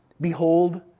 Behold